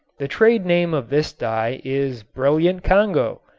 the trade name of this dye is brilliant congo,